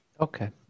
okay